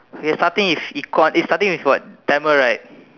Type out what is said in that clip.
okay starting it's equal starting with what Tamil right